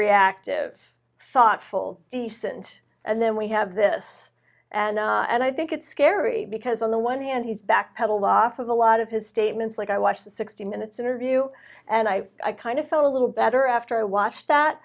reactive thoughtful decent and then we have this and and i think it's scary because on the one hand he's back pedal off of a lot of his statements like i watch the sixty minutes interview and i kind of feel a little better after i watched that